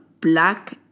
black